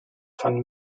van